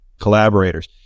collaborators